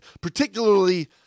particularly